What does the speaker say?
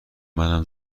منم